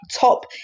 top